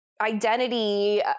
identity